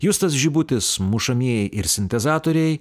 justas žibutis mušamieji ir sintezatoriai